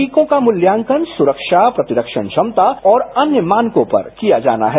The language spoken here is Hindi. टीकों का मूल्यांकन सुरक्षा प्रतिरक्षण क्षमता और अन्य मानकों पर किया जाना है